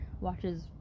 watches